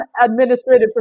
administrative